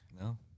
No